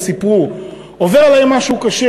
הם סיפרו: עובר עלי משהו קשה,